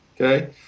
okay